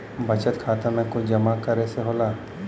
बचत खाता मे कुछ जमा करे से होला?